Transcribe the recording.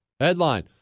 Headline